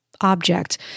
object